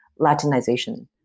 Latinization